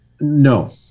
no